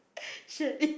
chalet